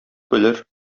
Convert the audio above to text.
белер